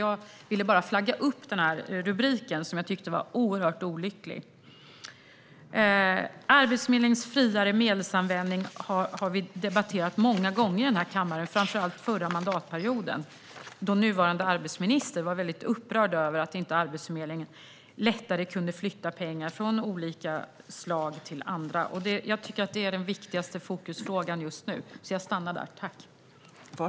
Jag ville bara flagga upp den här rubriken, som jag tyckte var oerhört olycklig. Arbetsförmedlingens friare medelsanvändning har vi debatterat många gånger här i kammaren, framför allt förra mandatperioden, då nuvarande arbetsmarknadsministern var väldigt upprörd över att inte Arbetsförmedlingen lättare kunde flytta pengar från olika anslag till andra. Jag tycker att det är den viktigaste fokusfrågan just nu, så jag stannar där.